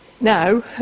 now